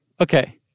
Okay